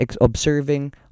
observing